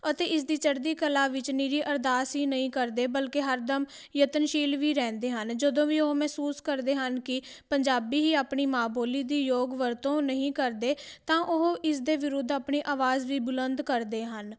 ਅਤੇ ਇਸ ਦੀ ਚੜ੍ਹਦੀ ਕਲਾ ਵਿੱਚ ਨਿਰੀ ਅਰਦਾਸ ਹੀ ਨਹੀਂ ਕਰਦੇ ਬਲਕਿ ਹਰ ਦਮ ਯਤਨਸ਼ੀਲ ਵੀ ਰਹਿੰਦੇ ਹਨ ਜਦੋਂ ਵੀ ਉਹ ਮਹਿਸੂਸ ਕਰਦੇ ਹਨ ਕਿ ਪੰਜਾਬੀ ਹੀ ਆਪਣੀ ਮਾਂ ਬੋਲੀ ਦੀ ਯੋਗ ਵਰਤੋਂ ਨਹੀਂ ਕਰਦੇ ਤਾਂ ਉਹ ਇਸ ਦੇ ਵਿਰੁੱਧ ਆਪਣੀ ਆਵਾਜ਼ ਵੀ ਬੁਲੰਦ ਕਰਦੇ ਹਨ